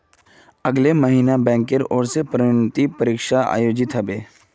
अगले महिनात बैंकेर ओर स प्रोन्नति परीक्षा आयोजित ह बे